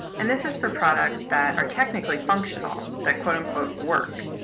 and this is for products that are technically functional, that, quote unquote work.